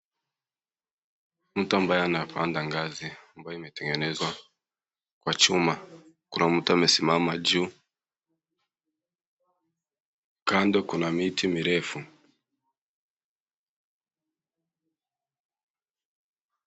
Mtu ambaye anapanda ngazi ambayo imetengenezwa kwa chuma . Kuna mtu amesimama juu, kando kuna miti mirefu.